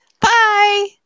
bye